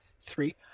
three